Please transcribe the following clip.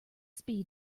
seen